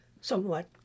somewhat